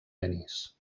denis